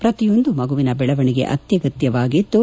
ಪ್ರತಿಯೊಂದು ಮಗುವಿನ ಬೆಳವಣಿಗೆ ಅತ್ಯಗತ್ಥವಾಗಿದ್ದು